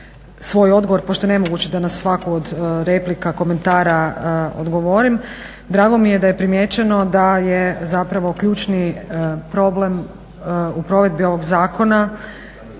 svoj odgovor pošto je nemoguće da na svaku od replika, komentara odgovorim, drago mi je da je primijećeno da je ključni problem u provedbi ovog zakona